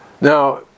Now